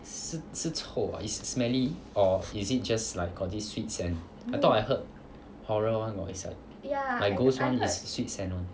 是是臭啊 is smelly or is it just like got this sweet scent I thought I heard horror [one] is like ghost [one] is sweet scent [one]